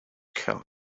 caldwell